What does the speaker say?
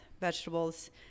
vegetables